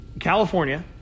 California